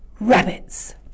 rabbits